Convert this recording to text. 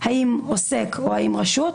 האם עוסק או האם רשות.